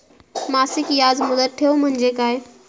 मासिक याज मुदत ठेव म्हणजे काय?